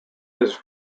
his